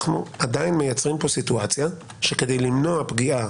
אנחנו עדיין מייצרים פה סיטואציה שכדי למנוע פגיעה